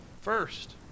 first